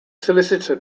solicitor